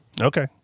Okay